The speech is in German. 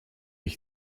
ich